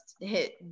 hit